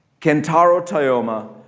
kentaro toyama,